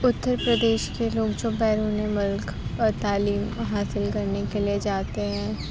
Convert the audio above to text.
اُترپردیش کے لوگ جو بیرونی ملک و تعلیم حاصل کرنے کے لیے جاتے ہیں